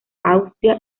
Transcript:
austria